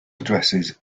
addresses